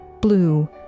blue